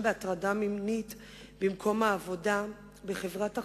בהטרדה מינית במקום העבודה בחברת החשמל,